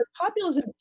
populism